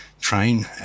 train